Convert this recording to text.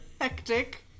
hectic